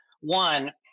One